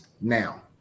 Now